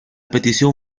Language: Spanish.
petición